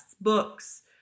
books